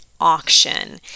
auction